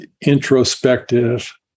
introspective